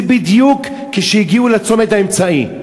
זה בדיוק כשהגיעו לנתיב האמצעי.